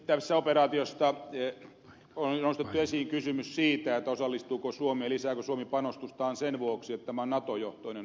tästä operaatiosta on nostettu esiin kysymys siitä osallistuuko suomi ja lisääkö suomi panostustaan sen vuoksi että tämä on nato johtoinen operaatio